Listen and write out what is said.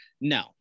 No